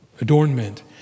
Adornment